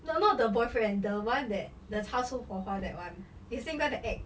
no not the boyfriend the one that the 擦出火花 that [one] it's the same guy that act